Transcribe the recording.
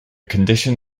condition